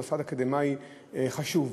מוסד אקדמי חשוב,